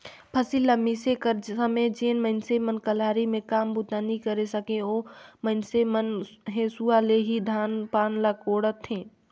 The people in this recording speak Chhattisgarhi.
फसिल ल मिसे कर समे जेन मइनसे मन कलारी मे काम बूता नी करे सके, ओ मइनसे मन हेसुवा ले ही धान पान ल कोड़थे